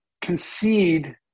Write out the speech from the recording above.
concede